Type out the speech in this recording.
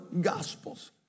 Gospels